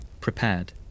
prepared